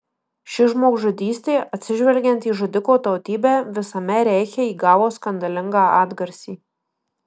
ši žmogžudystė atsižvelgiant į žudiko tautybę visame reiche įgavo skandalingą atgarsį